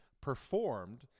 performed